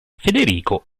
federico